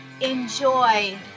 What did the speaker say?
enjoy